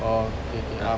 oh K K